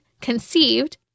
conceived